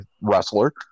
wrestler